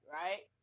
right